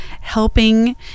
helping